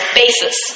basis